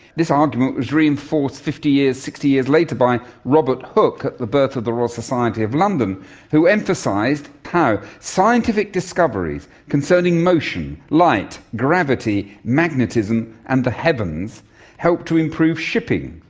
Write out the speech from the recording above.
this argument was reinforced fifty years, sixty years later by robert hooke at the birth of the royal society of london who emphasised how scientific discoveries concerning motion, light, gravity, magnetism and the heavens help to improve shipping,